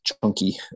chunky